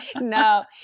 no